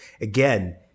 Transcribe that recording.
again